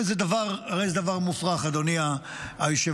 הרי זה דבר מופרך, אדוני היושב-ראש.